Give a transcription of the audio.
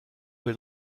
will